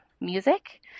music